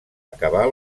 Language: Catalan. acabar